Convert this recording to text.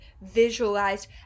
visualized